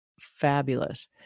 fabulous